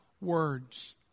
words